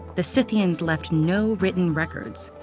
the scythians left no written records.